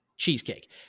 Cheesecake